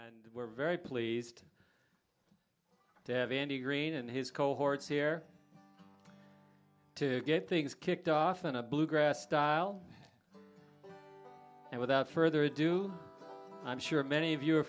we're very pleased to have any green and his cohorts here to get things kicked off in a bluegrass style and without further ado i'm sure many of you are